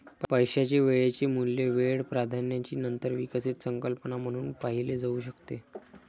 पैशाचे वेळेचे मूल्य वेळ प्राधान्याची नंतर विकसित संकल्पना म्हणून पाहिले जाऊ शकते